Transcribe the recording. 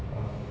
uh